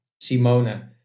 Simone